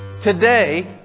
today